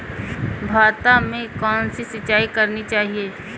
भाता में कौन सी सिंचाई करनी चाहिये?